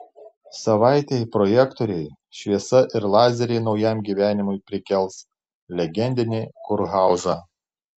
savaitei projektoriai šviesa ir lazeriai naujam gyvenimui prikels legendinį kurhauzą